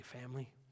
family